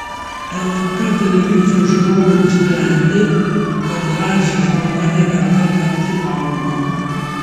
lnk televizijos žiūrovai nusprendė kad radži žmona neverta tapti paula